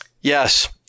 Yes